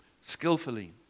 Skillfully